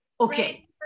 okay